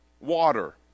water